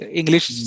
english